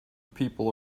people